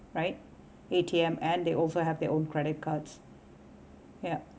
right A_T_M and they offer have their own credit cards ya